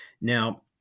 Now